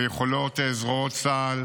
יכולות זרועות צה"ל